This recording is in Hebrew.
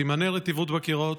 סימני רטיבות בקירות,